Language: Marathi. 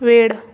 वेड